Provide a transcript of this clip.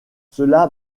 cela